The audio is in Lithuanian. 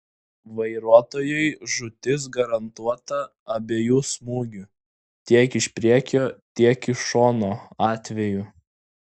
vairuotojui žūtis garantuota abiejų smūgių tiek iš priekio tiek iš šono atveju